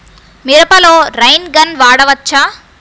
మిరపలో rain gun వాడవచ్చా?